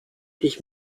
ich